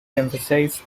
emphasised